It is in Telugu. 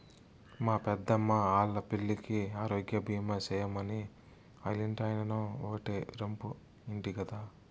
మా పెద్దమ్మా ఆల్లా పిల్లికి ఆరోగ్యబీమా సేయమని ఆల్లింటాయినో ఓటే రంపు ఇంటి గదా